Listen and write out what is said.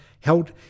held